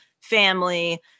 family